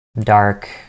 dark